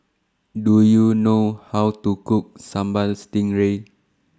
Do YOU know How to Cook Sambal Stingray